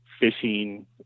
fishing